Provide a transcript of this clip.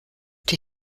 die